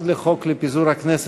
עד לחוק פיזור הכנסת,